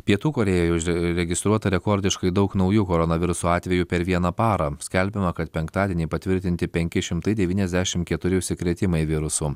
pietų korėjoje užregistruota rekordiškai daug naujų koronaviruso atvejų per vieną parą skelbiama kad penktadienį patvirtinti penki šimtai devyniasdešim keturi užsikrėtimai virusu